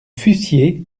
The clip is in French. fussiez